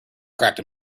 cracked